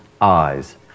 eyes